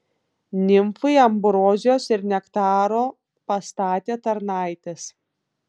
nimfai ambrozijos ir nektaro pastatė tarnaitės